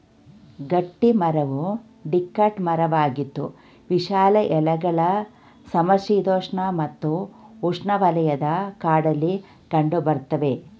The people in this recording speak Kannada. ಗಟ್ಟಿಮರವು ಡಿಕಾಟ್ ಮರವಾಗಿದ್ದು ವಿಶಾಲ ಎಲೆಗಳ ಸಮಶೀತೋಷ್ಣ ಮತ್ತು ಉಷ್ಣವಲಯದ ಕಾಡಲ್ಲಿ ಕಂಡುಬರ್ತವೆ